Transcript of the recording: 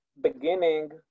beginning